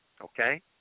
Okay